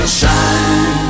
shine